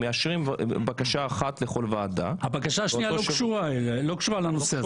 מאשרים בקשה אחת לכול ועדה -- הבקשה השנייה לא קשורה לנושא הזה.